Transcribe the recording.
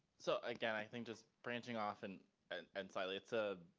so again, i think, just branching off and and and slightly it's. ah